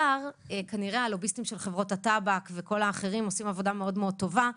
כנראה הלוביסטים של חברות הטבק וכל האחרים עושים עבודה מאוד טובה,